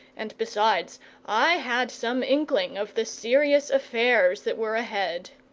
and besides i had some inkling of the serious affairs that were ahead.